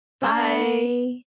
Bye